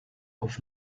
auf